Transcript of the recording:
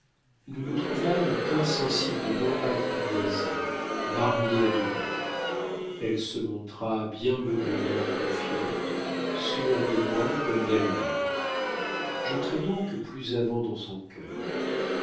nous nous trouvâmes insensiblement apprivoisés mariés à demi elle se montra bien noblement confiante sûre de moi comme d'elle-même j'entrai donc plus avant dans son cœur